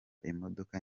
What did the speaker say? imodoka